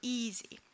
easy